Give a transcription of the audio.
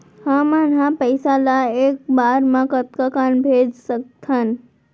हमन ह पइसा ला एक बार मा कतका कन भेज सकथन?